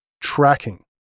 tracking